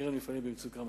קרן מפעלים במצוקה,